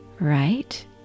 right